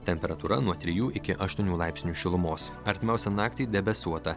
temperatūra nuo trijų iki aštuonių laipsnių šilumos artimiausią naktį debesuota